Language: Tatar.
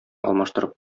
алмаштырып